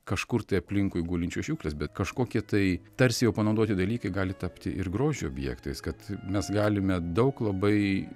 kažkur tai aplinkui gulinčios šiukšlės bet kažkokie tai tarsi jau panaudoti dalykai gali tapti ir grožio objektais kad mes galime daug labai